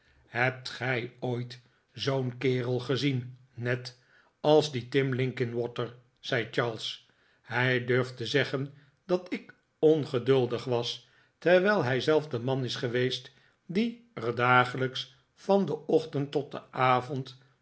hebt gij ooit zoo'n kerel gezien ned als dien tim linkinwater zei charles hij durft te zeggen dat ik ongeduldig was terwijl hij zelf de man is geweest die er dagelijks van den ochtend tot den avond